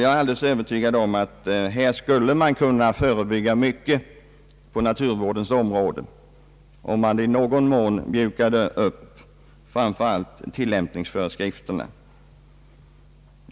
Jag är alldeles övertygad om att man skulle kunna förebygga mycken naturförstöring genom att i någon mån mjuka upp framför allt tillämpningsföreskrifterna.